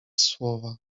słowa